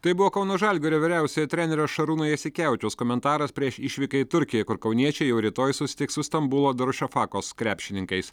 tai buvo kauno žalgirio vyriausiojo trenerio šarūno jasikevičiaus komentaras prieš išvyką į turkiją kur kauniečiai jau rytoj susitiks su stambulo darušafakos krepšininkais